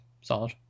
Solid